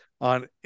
on